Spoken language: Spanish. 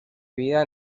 vida